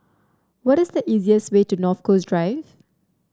what is the easiest way to North Coast Drive